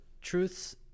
truths